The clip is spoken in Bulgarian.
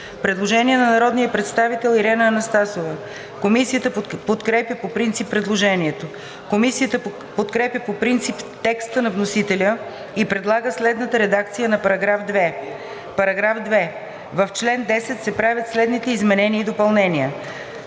Предложение на народния представител Ирена Анастасова. Комисията подкрепя по принцип предложението. Комисията подкрепя по принцип текста на вносителя и предлага следната редакция на § 2: „§ 2. В чл. 10 се правят следните изменения и допълнения: